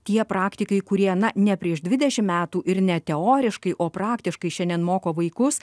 tie praktikai kurie na ne prieš dvidešimt metų ir ne teoriškai o praktiškai šiandien moko vaikus